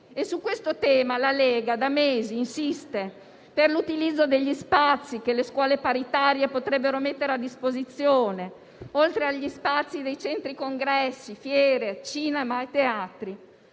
Su questo tema, la Lega da mesi insiste per l'utilizzo degli spazi che le scuole paritarie potrebbero mettere a disposizione, oltre agli spazi di centri congressi, fiere, cinema e teatri.